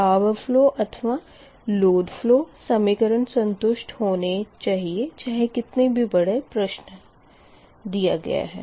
power flow अथवा load flow समीकरण संतुष्ट होने चाहिए चाहे कितना भी बड़ा प्रश्न दिया गया है